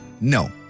no